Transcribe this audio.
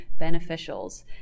beneficials